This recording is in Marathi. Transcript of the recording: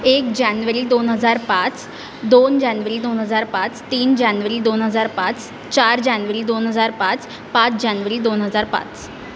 एक जॅनवरी दोन हजार पाच दोन जॅनवरी दोन हजार पाच तीन जॅनवरी दोन हजार पाच पाच जॅनवरी दोन हजार पाच